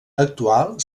actual